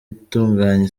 itunganya